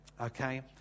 okay